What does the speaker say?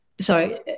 sorry